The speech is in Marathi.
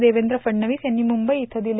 देवेंद्र फडणवीस यांनी मुंबई इथं दिले